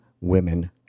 women